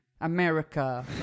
America